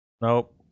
Nope